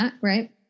right